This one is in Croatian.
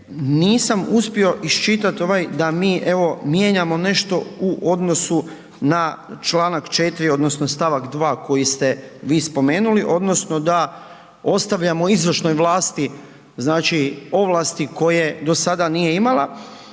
nisam uspio iščitat ovaj da mi evo mijenjamo nešto u odnosu na Članak 4. odnosno stavak 2. koji ste vi spomenuli odnosno da ostavljamo izvršnoj vlasti znači ovlasti koje do sada nije imala,